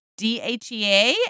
DHEA